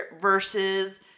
versus